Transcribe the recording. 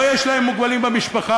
או שיש להם מוגבלים במשפחה,